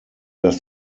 dass